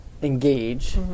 Engage